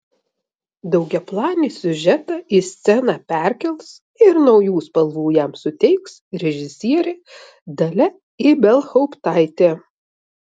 daugiaplanį siužetą į sceną perkels ir naujų spalvų jam suteiks režisierė dalia ibelhauptaitė